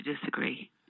disagree